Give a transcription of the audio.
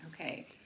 Okay